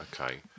Okay